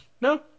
No